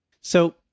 So-